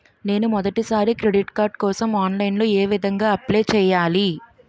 నేను మొదటిసారి credit card కోసం ఆన్లైన్ లో ఏ విధంగా అప్లై చేయాలి?